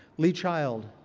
lee child.